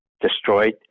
destroyed